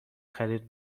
خرید